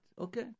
Okay